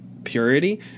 purity